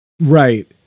Right